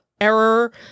error